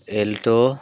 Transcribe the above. alto